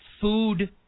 food